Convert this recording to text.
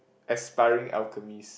aspiring alchemist